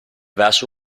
verso